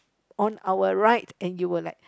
on our right and you were like